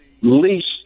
least